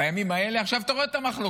בימים האלה, עכשיו אתה רואה את המחלוקות.